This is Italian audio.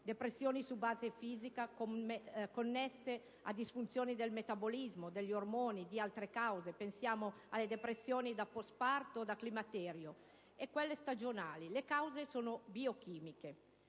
Depressioni su base fisica, connesse a disfunzioni del metabolismo, degli ormoni o ad altre cause. Si pensi alle depressioni *post partum*, a quelle da climaterio e a quelle stagionali, le cui cause sono biochimiche.